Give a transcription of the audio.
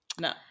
No